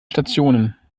stationen